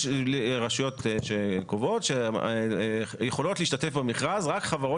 יש רשויות שקובעות שיכולות להשתתף במכרז רק חברות